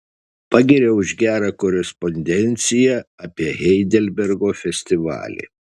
pagiria už gerą korespondenciją apie heidelbergo festivalį